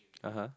(uh huh)